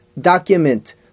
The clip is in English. document